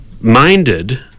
minded